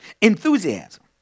Enthusiasm